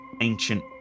ancient